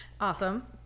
awesome